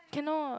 can not